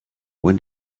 when